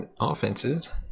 offenses